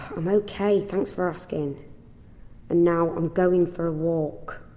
i'm ok. thanks for asking. and now, i'm going for a walk.